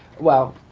well,